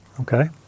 okay